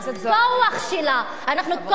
מהכוחנות שלה, תודה רבה.